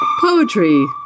Poetry